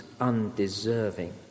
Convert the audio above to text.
undeserving